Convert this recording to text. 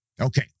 Okay